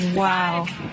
wow